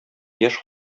яшь